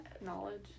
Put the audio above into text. knowledge